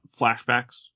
flashbacks